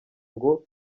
ngo